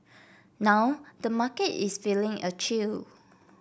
now the market is feeling a chill